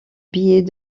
billets